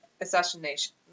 assassination